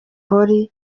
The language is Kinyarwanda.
polly